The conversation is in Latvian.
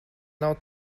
nav